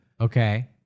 Okay